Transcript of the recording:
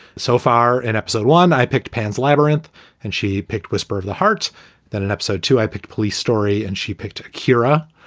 so far in episode one, i picked pan's labyrinth and she picked weisburd, the heart that an up to. i picked police story and she picked kira.